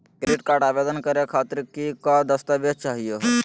Credit card आवेदन करे खातीर कि क दस्तावेज चाहीयो हो?